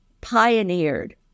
pioneered